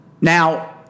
Now